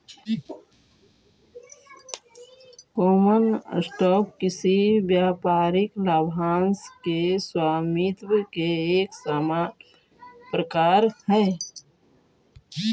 common stock किसी व्यापारिक लाभांश के स्वामित्व के एक सामान्य प्रकार हइ